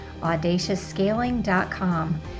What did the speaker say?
audaciousscaling.com